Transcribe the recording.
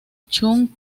chun